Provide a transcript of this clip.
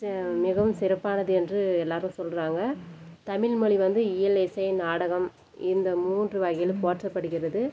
மிகவும் சிறப்பானது என்று எல்லாரும் சொல்கிறாங்க தமிழ்மொழி வந்து இயல் இசை நாடகம் இந்த மூன்று வகையிலும் போற்றப்படுகிறது